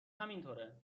همینطوره